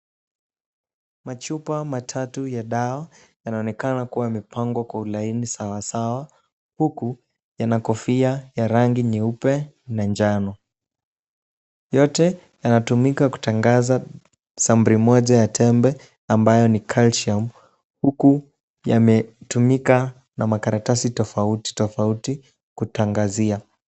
Machupa matatu ya dawa yanaonekana kuwa yamepangwa kwa laini sawasawa, huku yana kofia ya rangi nyeupe na njano. Yote yanatumika kutangaza sampuli moja ya tembe ambayo ni Calcium, huku yametumika na makaratsai tofauti tofauti kutangazia.